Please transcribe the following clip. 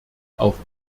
auf